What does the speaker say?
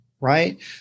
right